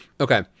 Okay